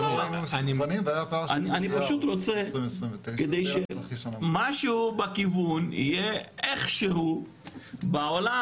אני פשוט רוצה כדי שמשהו בכיוון יהיה איכשהו בעולם